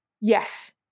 Yes